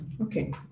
Okay